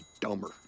dumber